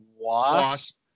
Wasp